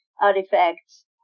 artifacts